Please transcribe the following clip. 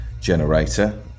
generator